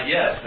Yes